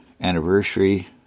anniversary